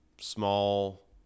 small